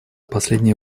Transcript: последнее